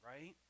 right